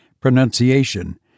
pronunciation